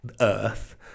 earth